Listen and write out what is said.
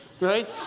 right